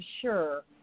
sure